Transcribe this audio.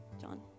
john